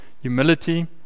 humility